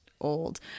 Old